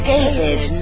David